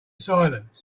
silence